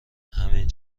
همین